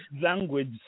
language